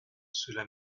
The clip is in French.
cela